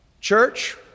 Church